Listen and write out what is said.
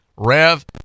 Rev